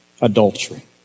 adultery